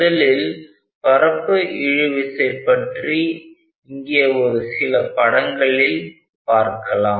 முதலில் பரப்பு இழு விசை பற்றி இங்கே ஒரு சில படங்களில் பார்க்கலாம்